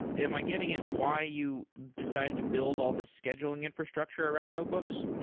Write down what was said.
am i getting at why you decided to build all these scheduling infrastructure around notebooks?